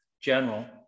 general